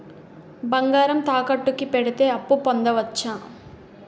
బంగారం తాకట్టు కి పెడితే అప్పు పొందవచ్చ?